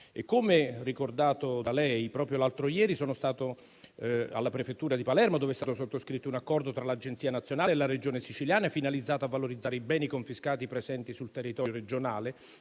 lei ricordato, senatore, qualche giorno fa sono stato alla prefettura di Palermo, dove è stato sottoscritto un accordo tra l'Agenzia nazionale e la Regione Siciliana finalizzato a valorizzare i beni confiscati presenti sul territorio regionale